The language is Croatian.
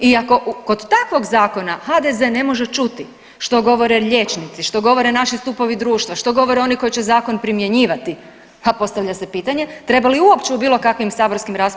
I ako kod takvog zakona HDZ ne može čuti što govore liječnici, što govore naši stupovi društva, što govore oni koji će zakon primjenjivati, a postavlja se pitanje treba li uopće u bilo kakvim raspravama sudjelovati.